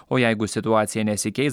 o jeigu situacija nesikeis